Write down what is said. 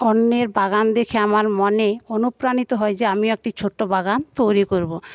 অন্যের বাগান দেখে আমার মনে অনুপ্রাণিত হয় যে আমিও একটা ছোট্ট বাগান তৈরি করব